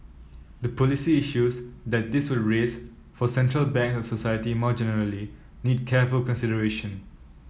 the policy issues that this would raise for central bank and society more generally need careful consideration